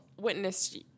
witnessed